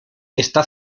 está